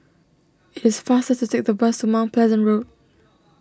it is faster to take the bus to Mount Pleasant Road